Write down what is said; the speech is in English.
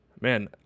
man